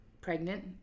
pregnant